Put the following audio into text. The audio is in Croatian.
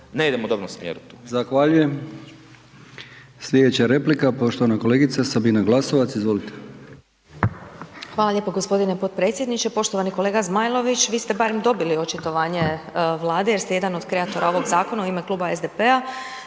ne idemo u dobrom smjeru.